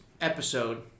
episode